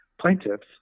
Plaintiffs